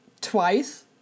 twice